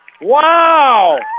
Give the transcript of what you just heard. Wow